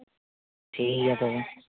ᱴᱷᱤᱠ ᱜᱮᱭᱟ ᱛᱚᱵᱮ